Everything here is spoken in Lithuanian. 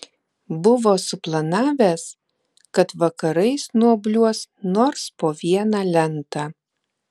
buvo suplanavęs kad vakarais nuobliuos nors po vieną lentą